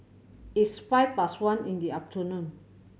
its five past one in the afternoon